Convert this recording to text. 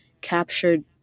captured